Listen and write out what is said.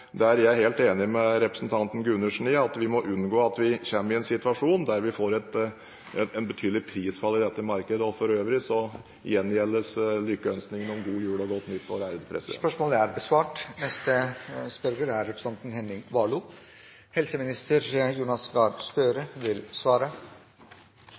jeg er helt enig med representanten Gundersen i at vi må unngå at vi kommer i en situasjon der vi får et betydelig prisfall i dette markedet. For øvrig gjengjeldes lykkønskningene om en god jul og et godt nytt år. «Nasjonalt folkehelseinstitutt skal avvikle sin vaksineproduksjon. Spørsmålet er